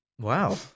Wow